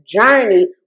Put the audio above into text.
journey